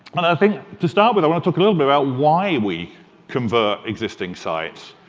and i think to start with, i want talk a little bit about why we convert existing sites.